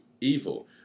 evil